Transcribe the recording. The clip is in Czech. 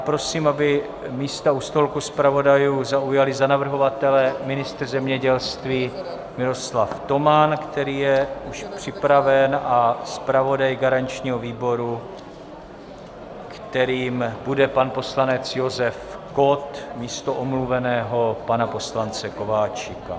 Prosím, aby místa u stolků zpravodajů zaujali za navrhovatele ministr zemědělství Miroslav Toman, který je už připraven, a zpravodaj garančního výboru, kterým bude pan poslanec Josef Kott místo omluveného pana poslance Kováčika.